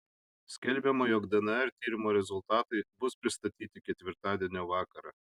skelbiama jog dnr tyrimo rezultatai bus pristatyti ketvirtadienio vakarą